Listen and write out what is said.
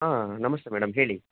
ಹಾಂ ನಮಸ್ತೇ ಮೇಡಮ್ ಹೇಳಿ